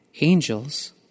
angels